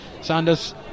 Sanders